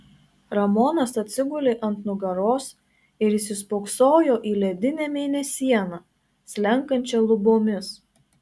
ramonas atsigulė ant nugaros ir įsispoksojo į ledinę mėnesieną slenkančią lubomis